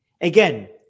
again